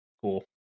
cool